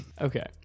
Okay